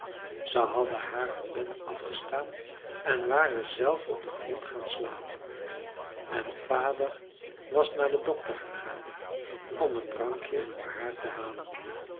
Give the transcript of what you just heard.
ze hadden haar hun bed afgestaan en waren zelf op den grond gaan slapen en vader was naar den dokter gegaan om een drankje voor haar te halen